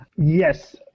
yes